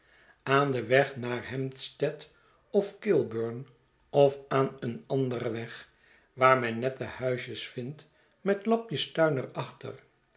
aan den weg naar hampstead ofkilburn of aan een anderen weg waar men nette huisjes vindt met lapjes tuin er achter